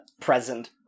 present